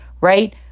right